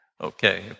okay